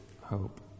hope